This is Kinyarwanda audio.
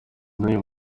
n’uyu